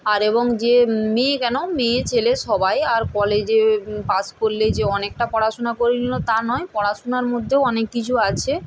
আর এবং যে মেয়ে কেন মেয়ে ছেলে সবাই আর কলেজে পাস করলেই যে অনেকটা পড়াশোনা করে নিল তা নয় পড়াশোনার মধ্যেও অনেক কিছু আছে